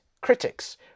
critics